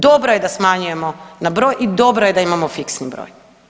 Dobro je da smanjujemo na broj i dobro je da imamo fiksni broj.